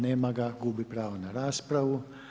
Nema ga, gubi pravo na raspravu.